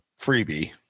freebie